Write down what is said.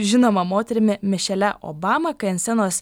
žinoma moterimi mišele obama kai ant scenos